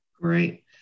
Great